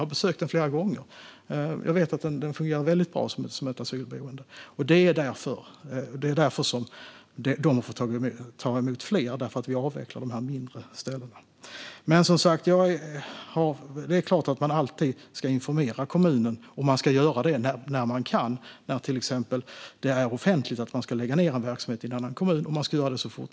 Jag har besökt den flera gånger och vet att den fungerar väldigt bra som ett asylboende. Därför har de fått ta emot fler när vi avvecklar de mindre ställena. Det är klart att man alltid ska informera kommunen så fort man kan, till exempel när det är offentligt att man ska lägga ned en verksamhet i en annan kommun.